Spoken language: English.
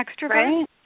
extrovert